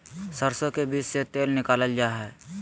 सरसो के बीज से तेल निकालल जा हई